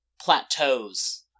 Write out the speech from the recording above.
plateaus